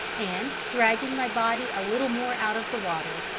and, dragging my body a little more out of the water,